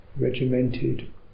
regimented